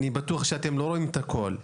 אני בטוח שאתם לא רואים את הכול,